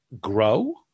grow